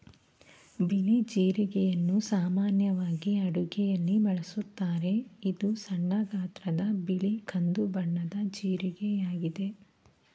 ಬಿಳಿ ಜೀರಿಗೆಯನ್ನು ಸಾಮಾನ್ಯವಾಗಿ ಅಡುಗೆಯಲ್ಲಿ ಬಳಸುತ್ತಾರೆ, ಇದು ಸಣ್ಣ ಗಾತ್ರದ ಬಿಳಿ ಕಂದು ಬಣ್ಣದ ಜೀರಿಗೆಯಾಗಿದೆ